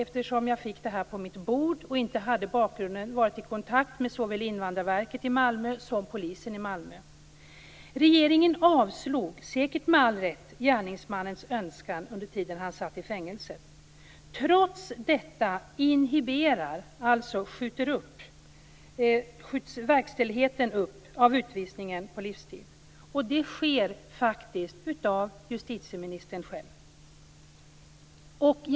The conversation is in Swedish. Eftersom jag fick det här på mitt bord i dag och inte hade bakgrunden, har jag i dag varit i kontakt med såväl Invandrarverket i Malmö som polisen i Regeringen avslog, säkert med all rätt, gärningsmannens önskan under tiden han satt i fängelset. Trots detta inhiberas verkställigheten av utvisningen på livstid, dvs. den skjuts upp. Det är faktiskt justitieministern själv som gör det.